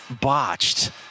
botched